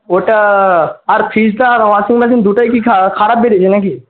ওটা আর ফ্রিজটা আর ওয়াশিং মেশিন দুটোই কি খারাপ বেরিয়েছে নাকি